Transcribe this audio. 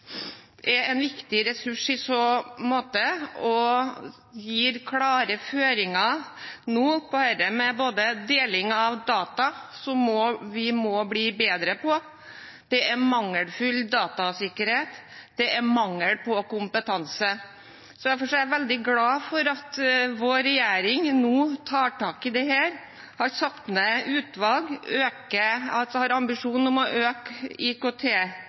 er en viktig ressurs i så måte. De gir nå klare føringer på dette med deling av data, som vi må bli bedre på. I tillegg er det mangelfull datasikkerhet, og det er mangel på kompetanse. Derfor er jeg veldig glad for at vår regjering nå tar tak i dette, at den har satt ned utvalg og har en ambisjon om å